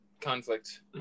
conflict